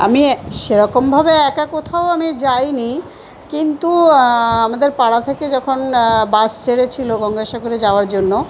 আমি এ সেরকমভাবে একা কোথাও আমি যাইনি কিন্তু আমাদের পাড়া থেকে যখন বাস ছেড়েছিল গঙ্গাসাগরে যাওয়ার জন্য